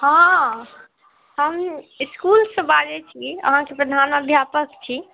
हाँ हम इसकूलसँ बाजैत छी अहाँ सभ तऽ नन अध्यापक छी